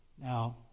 Now